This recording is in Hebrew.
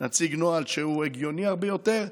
נציג נוהל שהוא הגיוני הרבה יותר,